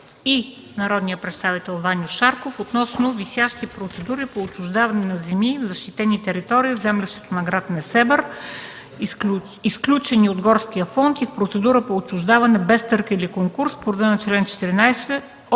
и народния представител Ваньо Шарков относно висящи процедури по отчуждаване на земи и защитени територии в землището на гр. Несебър, изключени от горския фонд и процедура по отчуждаване без търг или конкурс по реда на чл. 14